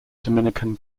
dominican